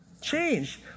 change